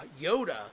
Yoda